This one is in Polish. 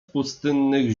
pustynnych